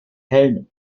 held